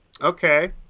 Okay